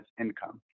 income